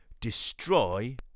destroy